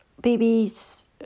babies